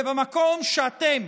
ובמקום שאתם,